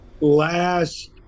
last